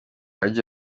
ajya